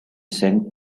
sent